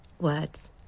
words